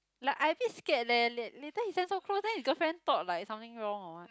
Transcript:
like I a bit scared leh lat~ later he stand so close then his girlfriend thought like something wrong or what